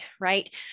right